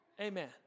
Amen